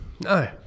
No